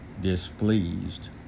displeased